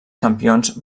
campions